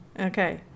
Okay